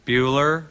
Bueller